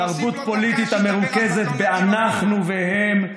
תרבות פוליטית המרוכזת ב"אנחנו" ו"הם",